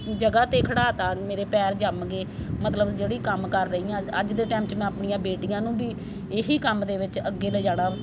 ਜਗ੍ਹਾ 'ਤੇ ਖੜਾਤਾ ਮੇਰੇ ਪੈਰ ਜੰਮ ਗਏ ਮਤਲਬ ਜਿਹੜੀ ਕੰਮ ਕਰ ਰਹੀ ਹਾਂ ਅੱਜ ਦੇ ਟਾਈਮ 'ਚ ਮੈਂ ਆਪਣੀਆਂ ਬੇਟੀਆਂ ਨੂੰ ਵੀ ਇਹੀ ਕੰਮ ਦੇ ਵਿੱਚ ਅੱਗੇ ਲਿਜਾਣਾ